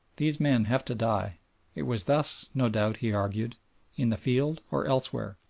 these men have to die it was thus, no doubt, he argued in the field or elsewhere,